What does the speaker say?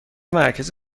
مرکز